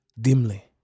dimly